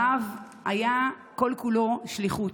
הרב היה כל-כולו שליחות,